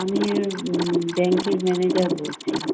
আমি ব্যাংকের ম্যানেজার বলছি